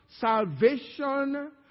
salvation